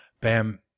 bam